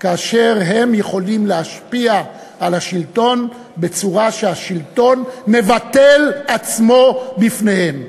כאשר הם יכולים להשפיע על השלטון בצורה שהשלטון מבטל עצמו בפניהם.